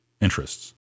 interests